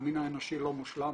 המין האנושי לא מושלם,